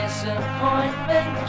Disappointment